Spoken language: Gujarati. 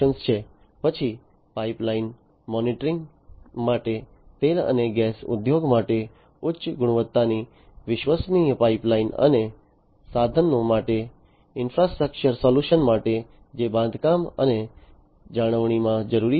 પછી પાઇપલાઇન મોનિટરિંગ માટે તેલ અને ગેસ ઉદ્યોગ માટે ઉચ્ચ ગુણવત્તાની વિશ્વસનીય પાઇપલાઇન અને સાધનો માટે ઇન્ફ્રાસ્ટ્રક્ચર સોલ્યુશન્સ માટે જે બાંધકામ અને જાળવણીમાં જરૂરી છે